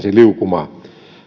se liukuma